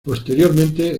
posteriormente